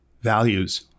values